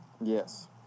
Yes